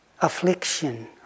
affliction